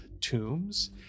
tombs